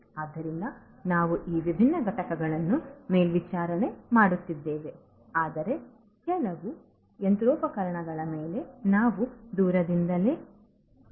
ಆದ್ದರಿಂದ ನಾವು ಈ ವಿಭಿನ್ನ ಘಟಕಗಳನ್ನು ಮೇಲ್ವಿಚಾರಣೆ ಮಾಡುತ್ತಿದ್ದೇವೆ ಆದರೆ ಕೆಲವು ಯಂತ್ರೋಪಕರಣಗಳ ಮೇಲೆ ನಾವು ದೂರದಿಂದಲೇ ನಿಯಂತ್ರಣವನ್ನು ಹೊಂದಬಹುದು